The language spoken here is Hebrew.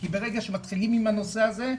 כי ברגע שמתחילים עם הנושא הזה,